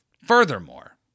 Furthermore